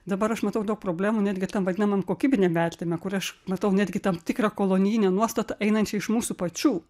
dabar aš matau daug problemų netgi tam vaidamam kokybiniam vertinime kur aš matau netgi tam tikrą kolonijinę nuostatą einančią iš mūsų pačių